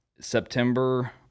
September